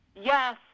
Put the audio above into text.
Yes